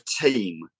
team